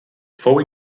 fou